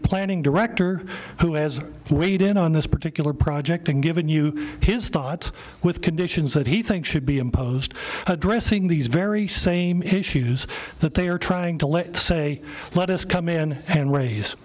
planning director who has weighed in on this particular project and given you his thoughts with conditions that he thinks should be imposed addressing these very same issues that they are trying to let say let us come in and